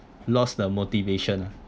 lost the motivation ah